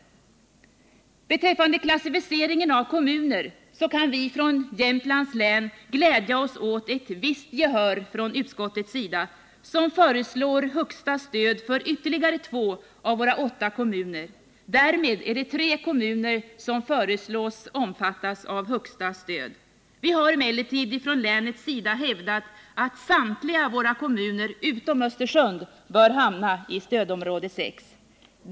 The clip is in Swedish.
Beträffande klassificeringen av kommuner kan vi från Jämtlands län glädja ossåt ett visst gehör från utskottet, som föreslår högsta stöd för ytterligare två av våra åtta kommuner. Därmed är det tre kommuner som föreslås omfattas av högsta stöd. Vi har emellertid från länets sida hävdat att samtliga våra kommuner utom Östersund bör hamna i stödområde 6.